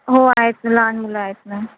हो आहेत ना लहान मुलं आहेत ना